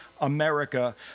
America